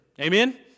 Amen